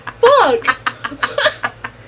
Fuck